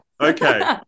Okay